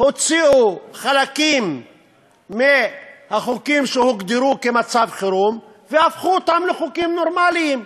הוציאו חלקים מהחוקים שהוגדרו כמצב חירום והפכו אותם לחוקים נורמליים,